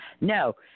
No